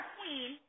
Queen